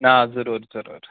نا ضروٗر ضروٗر